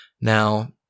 Now